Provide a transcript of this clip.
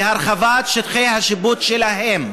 בקשות להרחבת שטחי השיפוט שלהם.